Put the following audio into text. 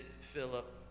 Philip